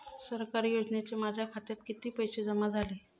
सरकारी योजनेचे माझ्या खात्यात किती पैसे जमा झाले?